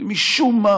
משום מה